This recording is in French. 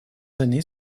années